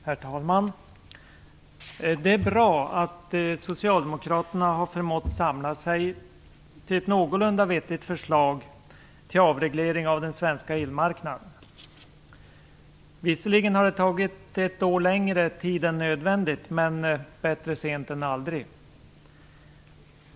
Herr talman! Det är bra att socialdemokraterna har förmått samla sig till ett någorlunda vettigt förslag till avreglering av den svenska elmarknaden. Visserligen har det tagit ett år längre än nödvändigt, men bättre sent än aldrig.